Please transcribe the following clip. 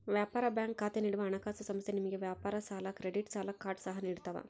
ವ್ಯಾಪಾರ ಬ್ಯಾಂಕ್ ಖಾತೆ ನೀಡುವ ಹಣಕಾಸುಸಂಸ್ಥೆ ನಿಮಗೆ ವ್ಯಾಪಾರ ಸಾಲ ಕ್ರೆಡಿಟ್ ಸಾಲ ಕಾರ್ಡ್ ಸಹ ನಿಡ್ತವ